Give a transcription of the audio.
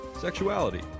sexuality